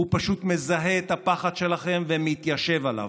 הוא פשוט מזהה את הפחד שלכם ומתיישב עליו.